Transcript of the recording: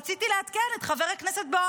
רציתי לעדכן את חבר בוארון